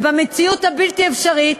ובמציאות הבלתי-אפשרית